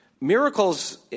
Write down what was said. Miracles